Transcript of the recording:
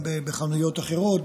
גם בחנויות אחרות,